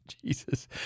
Jesus